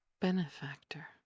benefactor